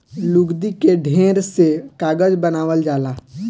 लुगदी के ढेर से कागज बनावल जाला